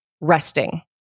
resting